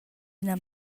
ina